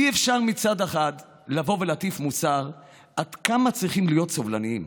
אי-אפשר לבוא ולהטיף מוסר על עד כמה צריכים להיות סובלניים